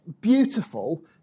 beautiful